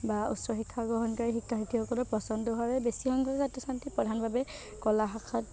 বা উচ্চ শিক্ষা গ্ৰহণকাৰী শিক্ষাৰ্থীসকলৰ পচন্দৰ বাবে বেছি সংখ্যক ছাত্ৰ ছাত্ৰীয়ে প্ৰধানভাৱে কলা শাখাত